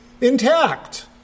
intact